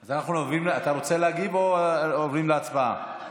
אתה רוצה להגיב או עוברים להצבעה?